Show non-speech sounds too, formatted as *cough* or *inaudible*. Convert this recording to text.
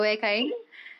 *laughs*